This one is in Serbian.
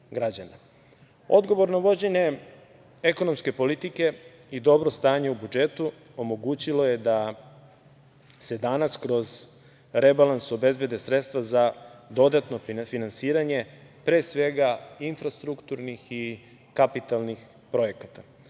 građana. Odgovorno vođenje ekonomske politike i dobro stanje u budžetu omogućilo je da se danas kroz rebalans obezbede sredstva za dodatno finansiranje, pre svega infrastrukturnih i kapitalnih projekata.